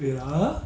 wait ah